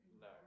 No